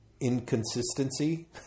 inconsistency